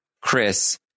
Chris